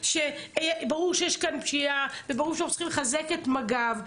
ברור שיש כאן פשיעה וברור שאנחנו צריכים לחזק את מג"ב,